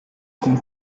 con